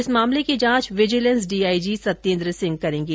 इस मामले की जांच विजिलेंस डीआईजी सत्येन्द्र सिंह करेंगे